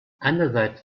andererseits